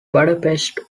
budapest